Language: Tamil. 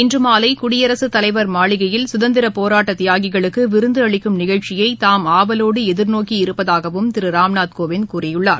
இன்றுமாலைகுடியரசுத்தலைவர் மாளிகையில் சுதந்திரபோராட்டதியாகிகளுக்குவிருந்துஅளிக்கும் நிகழ்ச்சியைதாம் ஆவலோடுஎதிர்நோக்கி இருப்பதாகவும் திருராம்நாத் கோவிந்த் கூறியுள்ளார்